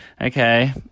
Okay